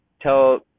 tell